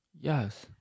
Yes